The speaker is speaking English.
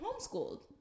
homeschooled